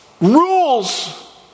rules